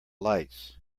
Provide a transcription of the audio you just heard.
lights